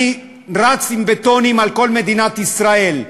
אני רץ עם בטונים על כל מדינת ישראל,